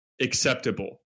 acceptable